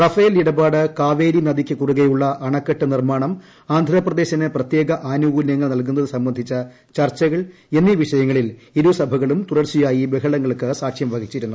Rafale ഇടപാട് കാവേരി നദിക്ക് കുറുകെയുള്ള അണക്കെട്ട് നിർമ്മാണം ആന്ധ്രാപ്രദേശിന് പ്രത്യേക ആനുകൂല്യങ്ങൾ നൽകുന്നത് സംബന്ധിച്ച ചർച്ചകൾ എന്നീ വിഷയങ്ങളിൽ ഇരുസഭകളും തുടർച്ചയായി ബഹളങ്ങൾക്ക് സാക്ഷ്യം വഹിച്ചിരുന്നു